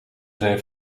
zijn